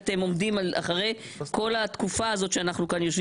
אבל אחרי כל התקופה הזאת שאנחנו כאן יושבים